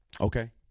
okay